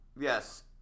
yes